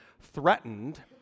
threatened